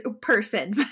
person